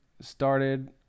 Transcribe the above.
started